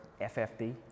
FFD